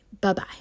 bye-bye